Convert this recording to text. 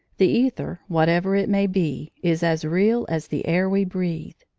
the aether, whatever it may be, is as real as the air we breathe.